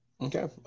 Okay